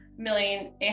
million